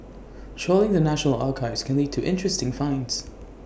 trawling the national archives can lead to interesting finds